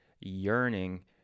yearning